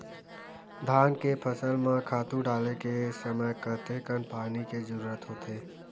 धान के फसल म खातु डाले के समय कतेकन पानी के जरूरत होथे?